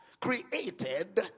created